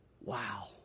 Wow